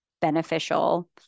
beneficial